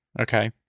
okay